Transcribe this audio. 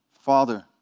Father